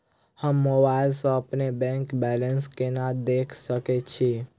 हम मोबाइल सा अपने बैंक बैलेंस केना देख सकैत छी?